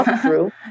true